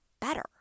better